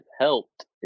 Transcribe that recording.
helped